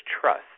trust